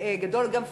גדול גם פיזית,